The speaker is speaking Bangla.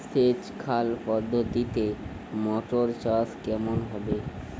সেচ খাল পদ্ধতিতে মটর চাষ কেমন হবে?